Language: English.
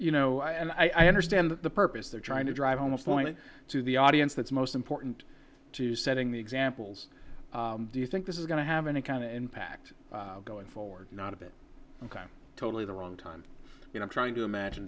you know i understand the purpose they're trying to drive almost point to the audience that's most important to setting the examples do you think this is going to have any kind of impact going forward not of it totally the wrong time you know trying to imagine